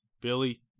Billy